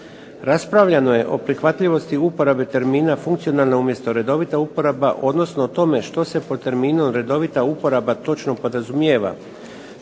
Raspravljano je o prihvatljivosti uporabe termina funkcionalna umjesto redovita uporaba, odnosno o tome što se po terminu redovita uporaba točno podrazumijeva